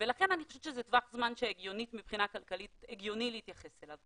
לכן אני חושבת שזה טווח זמן שהגיוני מבחינה כלכלית להתייחס אליו